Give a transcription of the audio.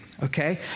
okay